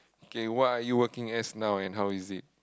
okay what are you working as now and how is it